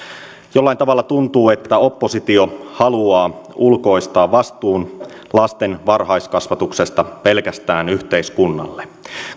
jollain tavalla tuntuu että oppositio haluaa ulkoistaa vastuun lasten varhaiskasvatuksesta pelkästään yhteiskunnalle